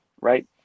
right